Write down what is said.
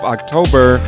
October